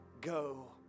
go